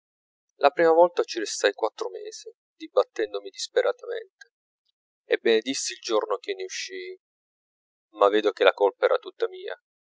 la prima volta ci restai quattro mesi dibattendomi disperatamente e benedissi il giorno che ne uscii ma vedo che la colpa era tutta mia